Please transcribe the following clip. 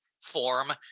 Form